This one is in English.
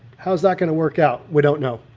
how's that gonna work out? we don't know.